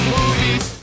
Movies